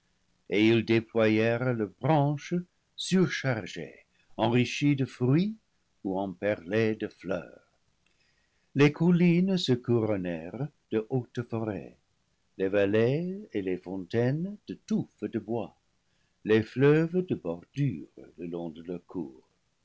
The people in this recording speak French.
ils déployèrent leurs branches surchargées enrichies de fruits ou emperlées de fleurs les collines se couronnèrent de hautes forêts les vallées et les fontaines de touffes de bois les fleuves de bor dures le long de leurs cours